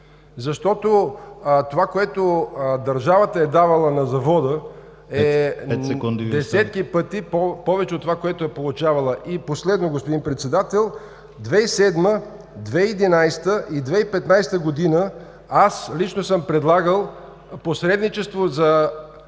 защото това, което държавата е давала на завода, е десетки пъти повече от това, което е получавала. Последно, 2007 г., 2011 г. и 2015 г. аз лично съм предлагал посредничество за